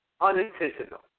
Unintentional